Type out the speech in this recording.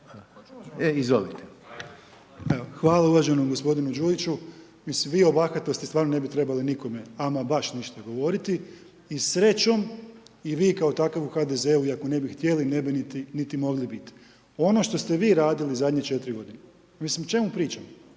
Hvala uvaženi gospodine Đujiću. Mislim vi ovakve gluposti ne bi trebali nikome, ama baš ništa govoriti i srećom, i vi kao takav u HDZ-u iako ne bi htjeli, ne bi niti mogli biti. Ono što ste vi radili zadnje 4 godine, mislim čemu pričamo?